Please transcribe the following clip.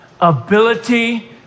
ability